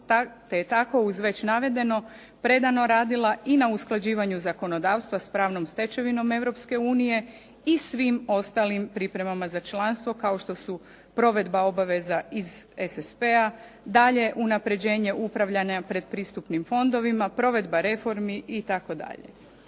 te je tako uz več navedeno predano radila i na usklađivanju zakonodavstva s pravnom stečevinom Europske unije i svim ostalim pripremama za članstvo, kao što su provedba obaveza iz SSP-a, daljnje unapređenje upravljanja predpristupnim fondovima, provedba reformi itd.